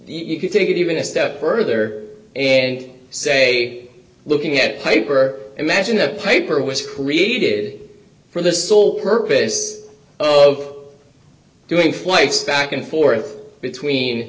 you could take it even a step further and say looking at paper imagine the paper was created for the sole purpose of doing flights back and forth between